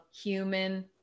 human